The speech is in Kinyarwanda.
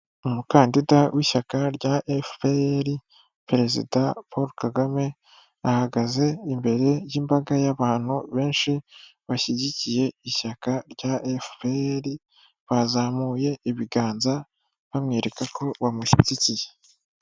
Umukandida w'ishyaka rya FPR perezida Paul Kagame, ahagaze imbere y'imbaga y'abantu benshi bashyigikiye ishyaka rya FPR bazamuye ibiganza bamwereka ko bamushyigikiye.